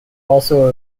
also